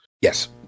yes